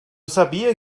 sabia